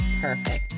perfect